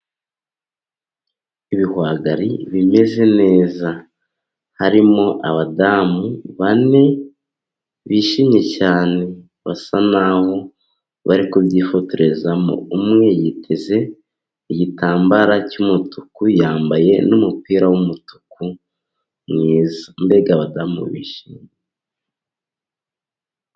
Ibihwagari bimeze neza, harimo abadamu bane bishimye cyane, basa n'aho bari kubyifotorezamo, umwe yiteze igitambaro cy'umutuku, yambaye n'umupira w'umutuku mwiza. Mbega abadamu bishimye!